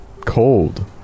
Cold